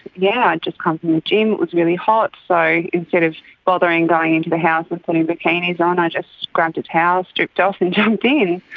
yeah i'd just come from the gym, it was really hot, so instead of bothering going into the house and putting bikinis on i just grabbed a towel, stripped off and jumped in.